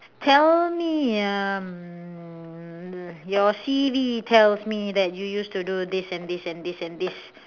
tell me um your C_V tells me that you used to do this and this and this and this